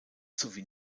sowie